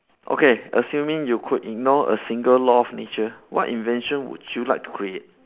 okay assuming you could ignore a single law of nature what invention would you like to create